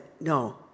no